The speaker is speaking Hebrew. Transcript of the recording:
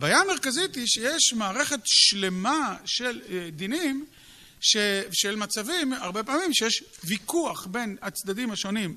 הבעיה המרכזית היא שיש מערכת שלמה של דינים, של מצבים, הרבה פעמים, שיש ויכוח בין הצדדים השונים